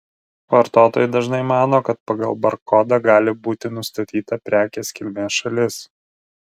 vartotojai dažnai mano kad pagal barkodą gali būti nustatyta prekės kilmės šalis